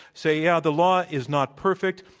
say, yeah, the law is not perfect,